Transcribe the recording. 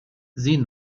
sieh